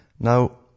Now